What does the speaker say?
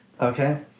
Okay